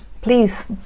Please